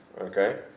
okay